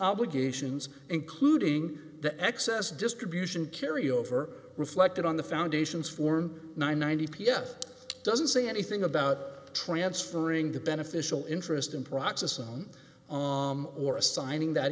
obligations including the excess distribution carry over reflected on the foundations for ninety p f doesn't say anything about transferring the beneficial interest in process on or assigning that